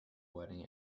wedding